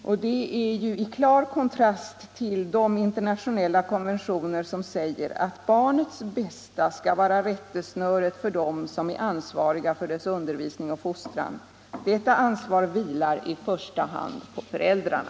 Detta uttalande kontrasterar 27 klart mot de internationella konventioner där det sägs att barnets bästa skall vara rättesnöret för dem som är ansvariga för dess undervisning och fostran. Detta ansvar vilar i första hand på föräldrarna.